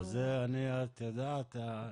את יודעת,